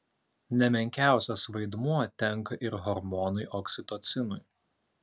ne menkiausias vaidmuo tenka ir hormonui oksitocinui